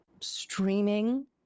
streaming